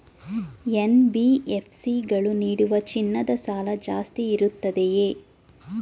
NBFC ಗಳು ನೀಡುವ ಚಿನ್ನದ ಸಾಲ ಜಾಸ್ತಿ ಇರುತ್ತದೆಯೇ?